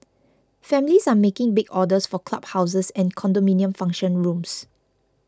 families are making big orders for club houses and condominium function rooms